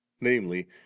namely